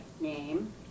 name